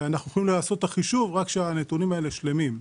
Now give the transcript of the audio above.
אנחנו יכולים לעשות את החישוב רק כאשר הנתונים האלה שלמים.